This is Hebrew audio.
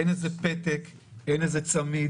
אין איזה פתק, אין איזה צמיד.